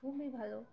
খুবই ভালো